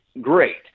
great